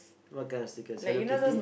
what kind of stickers Hello-Kitty